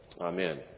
Amen